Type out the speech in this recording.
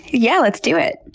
yeah, let's do it.